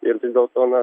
ir vis dėlto na